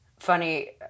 Funny